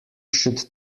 should